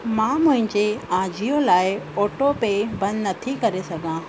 मां मुंहिंजे अजियो लाइ ऑटोपे बंदि नथी करे सघां